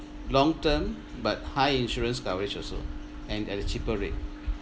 long term but high insurance coverage also and at a cheaper rate